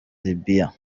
libya